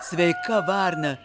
sveika varna